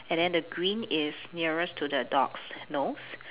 and then the green is nearest to the dog's nose